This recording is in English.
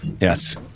Yes